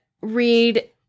read